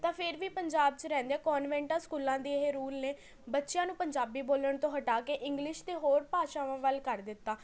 ਤਾਂ ਫਿਰ ਵੀ ਪੰਜਾਬ 'ਚ ਰਹਿੰਦਿਆਂ ਕੋਨਵੈਂਟਾਂ ਸਕੂਲ ਦੇ ਇਹ ਰੂਲ ਨੇ ਬੱਚਿਆਂ ਨੂੰ ਪੰਜਾਬੀ ਬੋਲਣ ਤੋਂ ਹਟਾ ਕੇ ਇੰਗਲਿਸ਼ ਅਤੇ ਹੋਰ ਭਾਸ਼ਾਵਾਂ ਵੱਲ ਕਰ ਦਿੱਤਾ